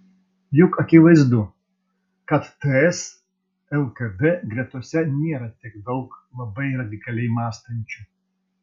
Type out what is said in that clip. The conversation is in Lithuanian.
juk akivaizdu kad ts lkd gretose nėra tiek daug labai radikaliai mąstančių